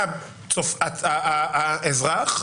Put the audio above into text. בא האזרח,